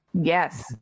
Yes